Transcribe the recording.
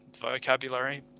vocabulary